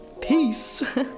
Peace